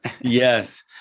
Yes